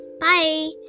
Bye